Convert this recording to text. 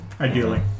Ideally